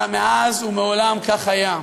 מאז ומעולם כך היה.